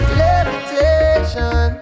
levitation